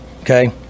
Okay